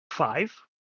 five